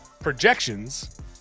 projections